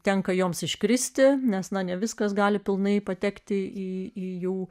tenka joms iškristi nes na ne viskas gali pilnai patekti į į jų